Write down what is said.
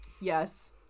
Yes